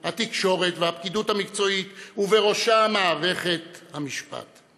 התקשורת והפקידות המקצועית ובראשה מערכת המשפט.